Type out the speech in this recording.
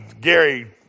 Gary